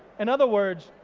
in other words,